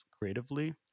creatively